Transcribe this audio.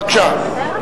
בבקשה.